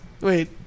Wait